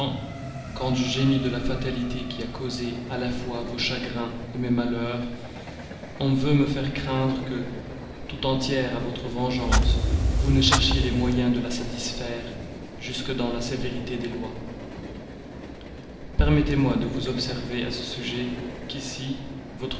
quand je gémis de la fatalité qui a causé à la fois vos chagrins mes malheurs on veut me faire craindre que tout entière à votre vengeance vous ne cherchiez les moyens de la satisfaire jusque dans la sévérité des lois permettez-moi de vous observer à ce sujet qu'ici